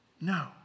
No